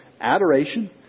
Adoration